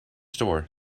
store